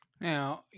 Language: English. Now